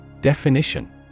Definition